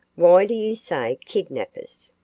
why do you say kidnappers?